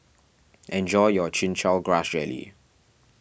enjoy your Chin Chow Grass Jelly